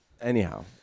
Anyhow